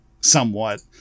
somewhat